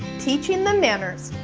teaching them manners,